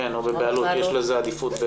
כן, או בבעלות, יש לזה עדיפות.